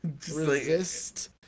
resist